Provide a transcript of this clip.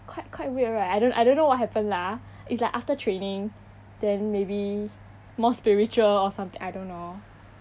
quite quite weird right I don't I don't know what happened lah it's like after training then maybe more spiritual or something I don't know